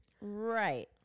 Right